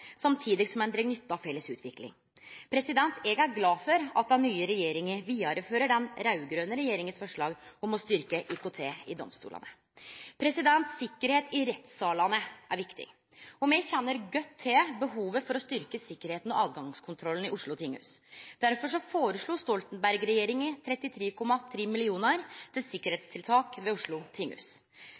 samtidig som ein dreg nytte av felles utvikling. Eg er glad for at den nye regjeringa vidarefører den raud-grøne regjeringas forslag om å styrkje IKT i domstolane. Sikkerheit i rettssalane er viktig. Me kjenner godt til behovet for å styrkje sikkerheita og tilgangskontrollen i OsloTinghus. Derfor føreslo Stoltenberg-regjeringa 33,3 mill. kr til sikkerheitstiltak ved Oslo